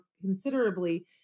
considerably